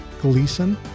Gleason